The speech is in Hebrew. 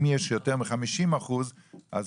אם יש מעל 50% - אז